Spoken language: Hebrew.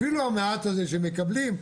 אפילו המעט הזה שמקבלים,